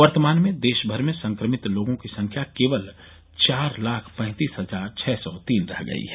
वर्तमान में देशभर में संक्रमित लोगों की संख्या केवल चार लाख पैंतीस हजार छ सौ तीन रह गई है